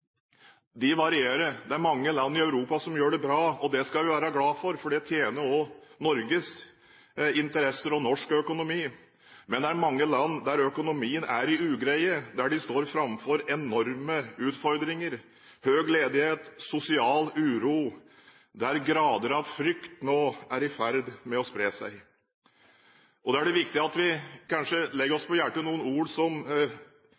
varierer. Det er mange land i Europa som gjør det bra. Det skal vi være glade for, for det tjener også Norges interesser og norsk økonomi. Men det er mange land der økonomien er i ugreie, der de står framfor enorme utfordringer, med høy ledighet og sosial uro, og der grader av frykt nå er i ferd med å spre seg. Da er det viktig at vi legger oss på hjertet noen ord som